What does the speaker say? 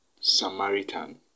Samaritan